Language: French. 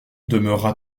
demeura